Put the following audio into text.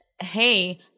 hey